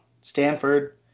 Stanford